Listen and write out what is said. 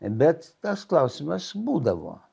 bet tas klausimas būdavo